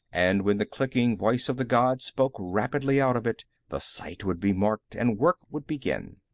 and when the clicking voice of the god spoke rapidly out of it, the site would be marked and work would begin.